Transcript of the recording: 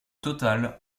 total